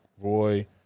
Roy